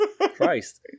Christ